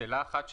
שאלה אחת,